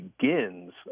begins